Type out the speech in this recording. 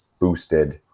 boosted